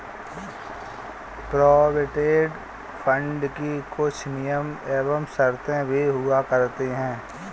provident fund की कुछ नियम एवं शर्तें भी हुआ करती हैं